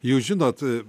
jūs žinot